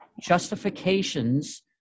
justifications